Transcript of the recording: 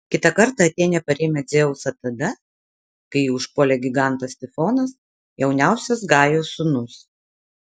kitą kartą atėnė parėmė dzeusą tada kai jį užpuolė gigantas tifonas jauniausias gajos sūnus